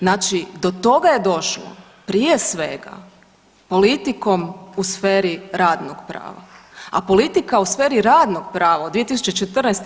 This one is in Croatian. Znači do toga je došlo prije svega politikom u sferi radnog prava, a politika u sferi radnog prava od 2014.